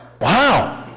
wow